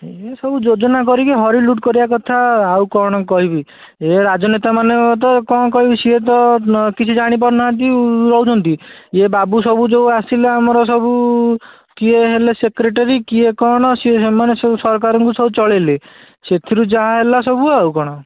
ଇଏ ସବୁ ଯୋଜନା କରିକି ହରି ଲୁଟ୍ କରିବା କଥା ଆଉ କ'ଣ କହିବି ଏ ରାଜନେତାମାନେ ତ କ'ଣ କହିବି ସେ ତ ନ କିଛି ଜାଣିପାରୁନାହାନ୍ତି ନେଉଛନ୍ତି ଇଏ ବାବୁ ସବୁ ଯେଉଁ ଆସିଲେ ଆମର ସବୁ କିଏ ହେଲେ ସେକ୍ରେଟେରୀ କିଏ କ'ଣ ସେ ସେମାନେ ସବୁ ସରକାରଙ୍କୁ ସବୁ ଚଳେଇଲେ ସେଥିରୁ ଯାହା ହେଲା ସବୁ ଆଉ କ'ଣ